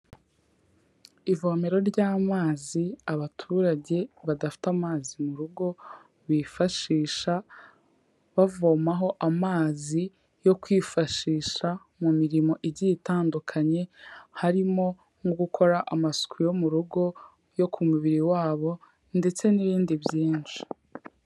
Ivomero ry'amazi abaturage badafite amazi mu rugo bifashisha bavomaho amazi yo kwifashisha mu mirimo igiye itandukanye, harimo nko gukora amasuku yo mu rugo, yo ku mubiri wabo ndetse n'ibindi byinshi.